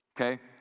Okay